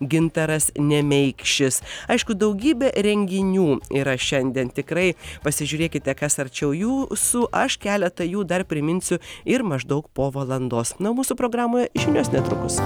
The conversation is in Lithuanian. gintaras nemeikšis aišku daugybė renginių yra šiandien tikrai pasižiūrėkite kas arčiau jų su aš keletą jų dar priminsiu ir maždaug po valandos na mūsų programoje žinios netrukus